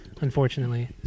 unfortunately